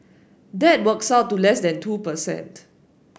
that works out to less than two per cent